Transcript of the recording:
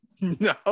No